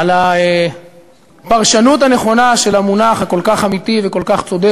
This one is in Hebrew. על הפרשנות הנכונה של המונח הכל-כך אמיתי וכל כך צודק,